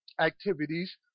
activities